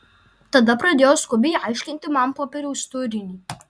tada pradėjo skubiai aiškinti man popieriaus turinį